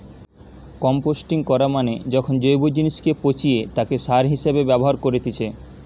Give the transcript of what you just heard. composting করা মানে যখন জৈব জিনিসকে পচিয়ে তাকে সার হিসেবে ব্যবহার করেতিছে